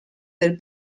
del